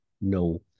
No